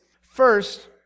first